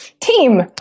team